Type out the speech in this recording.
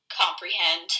comprehend